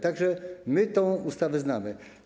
Tak że my tę ustawę znamy.